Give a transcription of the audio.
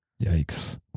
Yikes